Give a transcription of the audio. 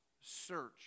search